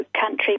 country